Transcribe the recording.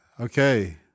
Okay